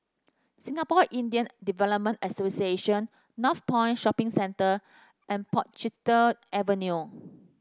Singapore Indian Development Association Northpoint Shopping Centre and Portchester Avenue